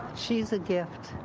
she's a gift.